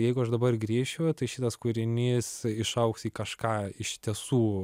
jeigu aš dabar grįšiu tai šitas kūrinys išaugs į kažką iš tiesų